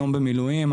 היום במילואים,